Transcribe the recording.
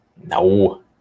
no